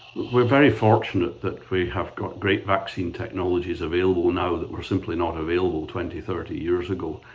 we're very fortunate that we have got great vaccine technologies available now that were simply not available twenty thirty years ago.